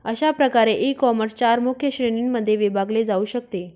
अशा प्रकारे ईकॉमर्स चार मुख्य श्रेणींमध्ये विभागले जाऊ शकते